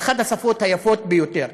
היא אחת השפות היפות ביותר.